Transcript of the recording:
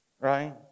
Right